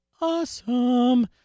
awesome